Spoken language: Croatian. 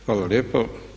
Hvala lijepo.